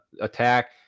attack